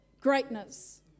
greatness